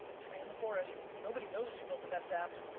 tree in the forest. nobody knows you built the best app.